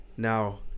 now